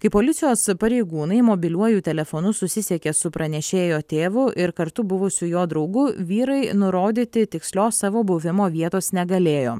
kai policijos pareigūnai mobiliuoju telefonu susisiekė su pranešėjo tėvu ir kartu buvusiu jo draugu vyrai nurodyti tikslios savo buvimo vietos negalėjo